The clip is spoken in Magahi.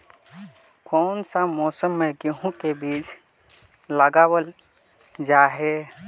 कोन सा मौसम में गेंहू के बीज लगावल जाय है